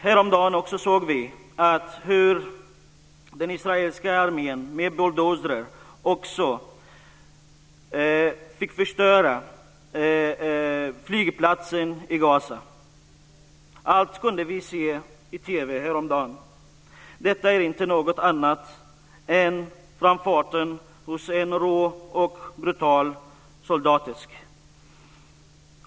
Häromdagen såg vi hur den israeliska armén med bulldozrar också fick förstöra flygplatsen i Gaza. Allt kunde vi se i TV häromdagen. Detta är inte något annat än framfarten hos en rå och brutal soldatesk.